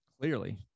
clearly